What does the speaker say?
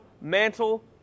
Mantle